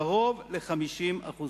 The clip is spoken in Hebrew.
קרוב ל-50%.